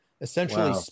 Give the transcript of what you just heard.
essentially